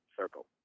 circle